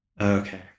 Okay